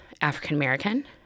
African-American